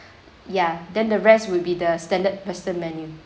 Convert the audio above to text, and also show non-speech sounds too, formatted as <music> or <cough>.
<breath> ya then the rest would be the standard western menu